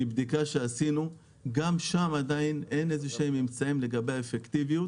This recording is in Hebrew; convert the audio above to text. מבדיקה שעשינו גם שם עדיין אין איזה שהם ממצאים לגבי האפקטיביות